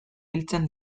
biltzen